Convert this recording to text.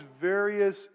various